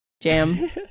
jam